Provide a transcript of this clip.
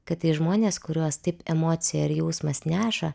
kad tai žmonės kuriuos taip emocija ir jausmas neša